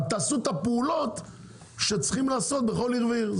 רק תעשו את הפעולות שצריכים לעשות בכל עיר ועיר.